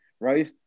right